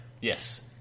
Yes